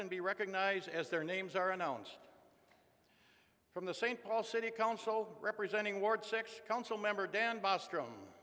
and be recognized as their names are unknowns from the st paul city council representing ward six council member dan b